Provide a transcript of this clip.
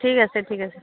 ঠিক আছে ঠিক আছে